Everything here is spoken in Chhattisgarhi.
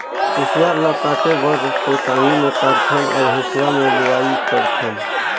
कुसियार ल काटे बर तो टांगी मे कारथन अउ हेंसुवा में लुआई करथन